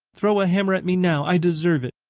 throw a hammer at me now. i deserve it!